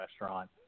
restaurant